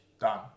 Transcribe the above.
Done